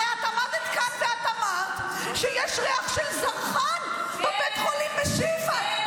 הרי את עמדת כאן ואת אמרת שיש ריח של זרחן בבית החולים בשיפא.